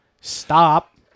stop